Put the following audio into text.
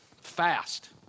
fast